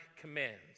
commands